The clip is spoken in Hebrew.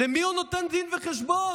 למי הוא נותן דין וחשבון?